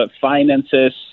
finances